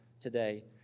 today